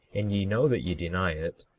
and ye know that ye deny it,